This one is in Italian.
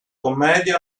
commedia